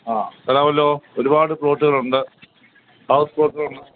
ആ തരാമല്ലോ ഒരുപാട് പ്ലോട്ടുകളുണ്ട് ഹൗസ് പ്ലോട്ടുകളുണ്ട്